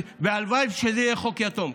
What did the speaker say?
והלוואי שזה יהיה חוק יתום,